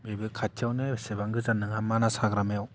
बेबो खाथियावनो एसाेबां गोजान नङा मानास हाग्रामायाव